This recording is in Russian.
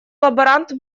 лаборант